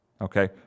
Okay